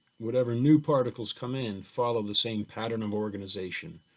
whatever new particles come in, follow the same pattern of organization,